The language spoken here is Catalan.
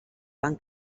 van